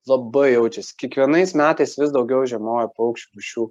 labai jaučias kiekvienais metais vis daugiau žiemoja paukščių rūšių